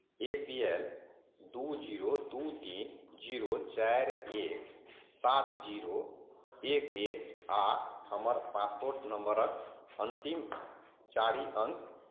ए P L दू zero दू तीन जीरो चारि एक सात जीरो एक एक आ हमर पासपोर्ट नम्बरक अन्तिम चारि अंक